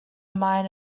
mine